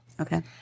Okay